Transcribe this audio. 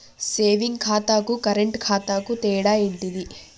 Saving ఖాతాకు current ఖాతాకు తేడా ఏంటిది?